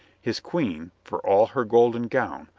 his queen, for all her golden gown,